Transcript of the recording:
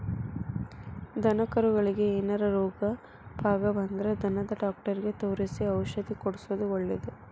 ದನಕರಗಳಿಗೆ ಏನಾರ ರೋಗ ಪಾಗ ಬಂದ್ರ ದನದ ಡಾಕ್ಟರಿಗೆ ತೋರಿಸಿ ಔಷಧ ಕೊಡ್ಸೋದು ಒಳ್ಳೆದ